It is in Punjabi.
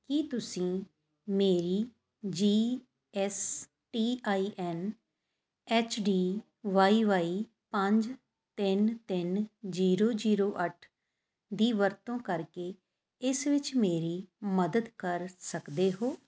ਕੀ ਤੁਸੀਂ ਮੇਰੀ G S T I N H D Y Y ਪੰਜ ਤਿੰਨ ਤਿੰਨ ਜੀਰੋ ਜੀਰੋ ਅੱਠ ਦੀ ਵਰਤੋਂ ਕਰਕੇ ਇਸ ਵਿੱਚ ਮੇਰੀ ਮਦਦ ਕਰ ਸਕਦੇ ਹੋ